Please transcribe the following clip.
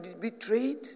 betrayed